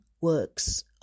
works